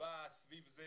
שבאה סביב זה